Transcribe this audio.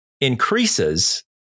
increases